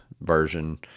version